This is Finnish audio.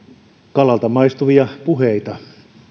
kalalta maistuvia puheita